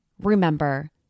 remember